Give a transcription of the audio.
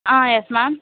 ah yes ma'am